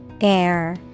Air